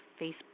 Facebook